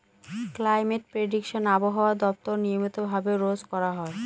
climate prediction আবহাওয়া দপ্তর নিয়মিত ভাবে রোজ করা হয়